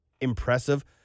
Impressive